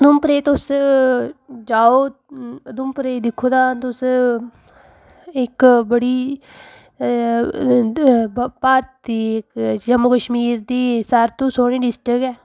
उधमपुरै तुस जाओ उधमपुरै दिक्खो तां तुस इक बड़ी बड़ी भारत दी इक जम्मू कश्मीर दी सारे तो सोह्नी डिस्ट्रिक्ट ऐ